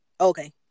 Okay